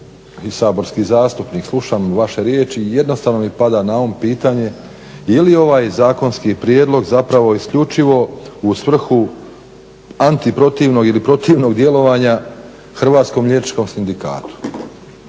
saborski zastupnik slušam vaše riječi jednostavno mi pada na um pitanje je li ovaj zakonski prijedlog zapravo isključivo u svrhu antiprotivnog ili protivnog djelovanja Hrvatskom liječničkom sindikatu?